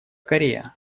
корея